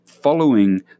following